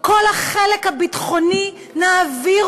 את כל החלק הביטחוני נעביר,